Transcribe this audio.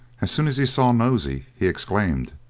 as soon as he saw nosey he exclaimed,